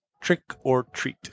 trick-or-treat